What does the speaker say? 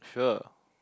sure